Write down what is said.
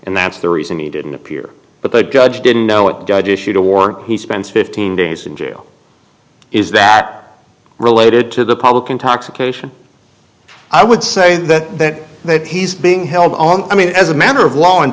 and that's the reason he didn't appear but the judge didn't know it judge issued a warrant he spends fifteen days in jail is that related to the public intoxication i would say that that he's being held on i mean as a matter of law